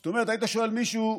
זאת אומרת, היית שואל מישהו: